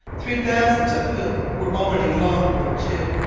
three thousand of whom were already long overdue.